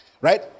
Right